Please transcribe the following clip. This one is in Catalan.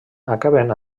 acaben